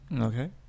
Okay